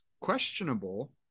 questionable